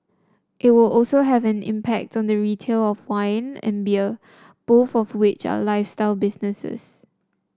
it will also have an impact on the retail of wine and beer both of which are lifestyle businesses